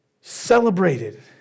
celebrated